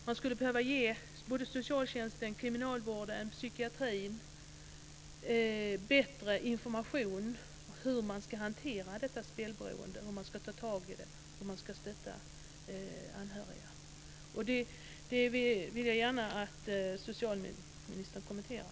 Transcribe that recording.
Man skulle behöva ge socialtjänsten, kriminalvården och psykiatrin bättre information om hur man ska hantera detta spelberoende, hur man ska ta tag i det och hur man ska stötta anhöriga. Det vill jag gärna att socialministern kommenterar.